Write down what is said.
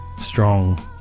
strong